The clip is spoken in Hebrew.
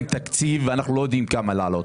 תקציב ואנחנו לא יודעים כמה זה יעלה.